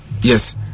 Yes